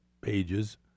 pages